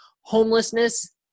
homelessness